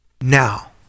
Now